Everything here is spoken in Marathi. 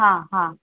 हां हां